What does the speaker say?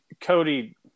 Cody